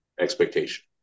expectation